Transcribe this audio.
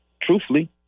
truthfully